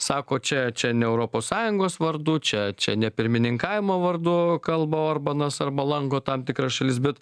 sako čia čia ne europos sąjungos vardu čia čia ne pirmininkavimo vardu kalba orbanas arba lanko tam tikras šalis bet